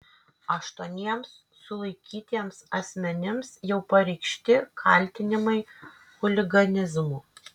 aštuoniems sulaikytiems asmenims jau pareikšti kaltinimai chuliganizmu